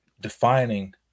defining